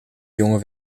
jonge